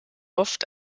oft